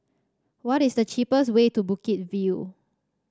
what is the cheapest way to Bukit View